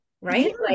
right